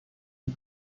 die